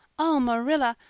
oh, marilla,